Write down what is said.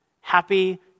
happy